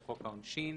לחוק העונשין,